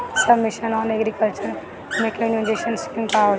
सब mission on agriculture mechanisation scheme का होला?